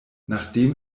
nachdem